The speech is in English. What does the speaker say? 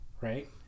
Right